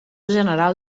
general